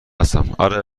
هستم